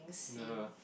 the